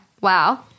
wow